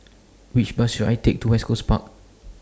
Which Bus should I Take to West Coast Park